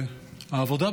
והעבודה,